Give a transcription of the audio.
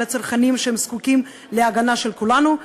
על הצרכנים שזקוקים להגנה של כולנו,